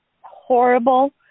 horrible